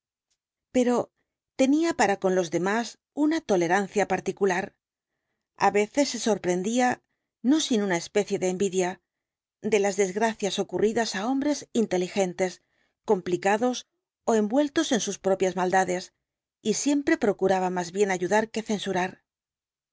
pero tenía para con los demás una tolerancia particular á veces se sorprendía no sin una especie de envidia de las desgracias ocurridas á hombres inteligentes complicados ó envueltos en sus propias maldades y siempre procuraba más bien ayudar que censurar